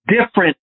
different